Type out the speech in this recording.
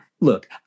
look